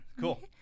Cool